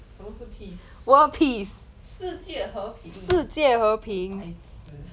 什么是 peace 世界和平这个白痴